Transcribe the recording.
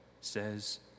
says